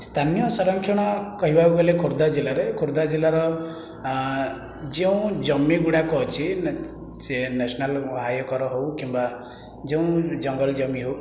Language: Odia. ସ୍ଥାନୀୟ ସଂରକ୍ଷଣ କହିବାକୁ ଗଲେ ଖୋର୍ଦ୍ଧା ଜିଲ୍ଲାରେ ଖୋର୍ଦ୍ଧା ଜିଲ୍ଲାର ଯେଉଁ ଜମି ଗୁଡ଼ାକ ଅଛି ସେ ନ୍ୟାସନାଲ୍ ହାଇ ଏକର ହେଉ କିମ୍ବା ଯେଉଁ ଜଙ୍ଗଲ ଜମି ହେଉ